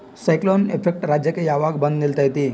Cyclone effect ರಾಜ್ಯಕ್ಕೆ ಯಾವಾಗ ಬಂದ ನಿಲ್ಲತೈತಿ?